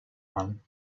man